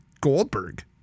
Goldberg